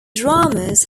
dramas